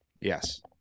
Yes